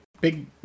big